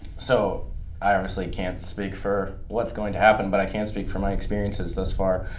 so i obviously can't speak for what's going to happen, but i can speak from my experiences thus far.